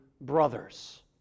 brothers